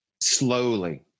Slowly